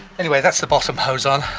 anyway that's the bottom hose on,